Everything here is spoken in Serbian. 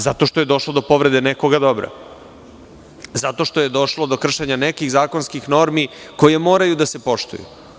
Zato što je došlo do povrede nekog dobra, zato što je došlo do kršenja nekih zakonskih normi koje moraju da se poštuju.